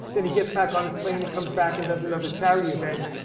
then he gets back on his plane, and comes back, and does another charity event.